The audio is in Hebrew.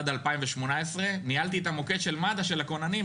עד 2018 ניהלתי את המוקד של מד"א של הכוננים,